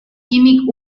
químic